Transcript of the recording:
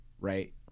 right